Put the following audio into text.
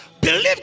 Believe